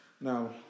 Now